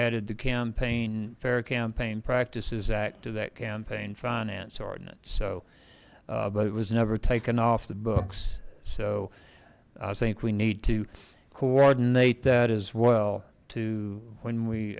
added the campaign fair campaign practices act to that campaign finance ordinance so but it was never taken off the books so i think we need to coordinate that as well to when we